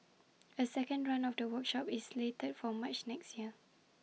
A second run of the workshop is slated for March next year